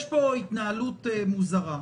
יש פה התנהלות מוזרה.